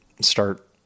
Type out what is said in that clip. start